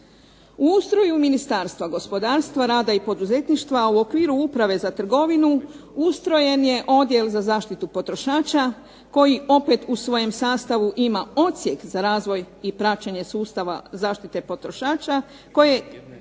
U ustroju Ministarstva gospodarstva, rada i poduzetništva, a u okviru Uprave za trgovinu ustrojen je Odjel za zaštitu potrošača koji opet u svojem sastavu ima Odsjek za razvoj i praćenje sustava zaštite potrošača koji